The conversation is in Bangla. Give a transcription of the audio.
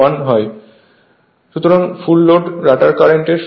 সুতরাং ফুল লোডে রটার কারেন্টের ফ্রিকোয়েন্সি f2Sfl f হবে